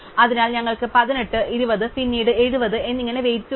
അതിനാൽ ഞങ്ങൾക്ക് 18 20 പിന്നീട് 70 എന്നിങ്ങനെ വെയ്റ്റ്സ് ഉണ്ട്